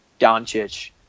Doncic